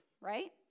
right